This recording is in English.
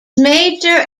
major